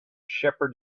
shepherd